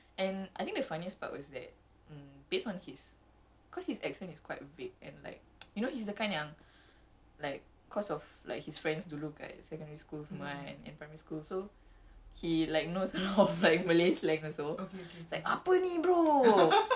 and I think the funniest part was that um based on his cause his accent is quite vague and like you know he's the kind yang like cause of like his friends dulu kat secondary school semua kan and primary school so he like knows how like malay slang also he's like apa ni bro